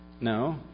No